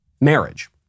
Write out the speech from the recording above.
marriage